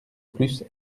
plus